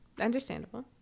understandable